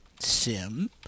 SIM